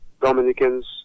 Dominicans